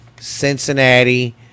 Cincinnati